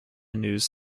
news